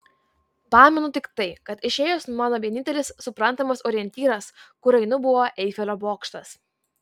pamenu tik tai kad išėjus mano vienintelis suprantamas orientyras kur einu buvo eifelio bokštas